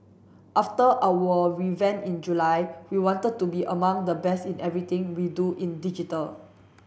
after our revamp in July we wanted to be among the best in everything we do in digital